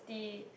T